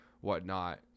whatnot